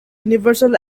universal